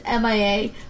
MIA